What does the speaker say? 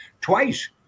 Twice